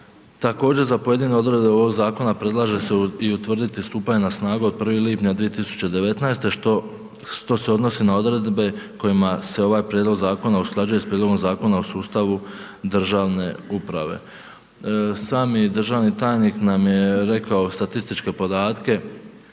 Također za pojedine odredbe ovog zakona, predlaže se i utvrditi stupanje na snagu od 1. lipnja 2019. što se odnosi na odredbe kojima se ovaj prijedlog zakona, usklađuje sa prijedlogom zakona o sustavu državne uprave. Sami državni tajnik nam je rekao statističke podatke